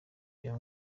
reba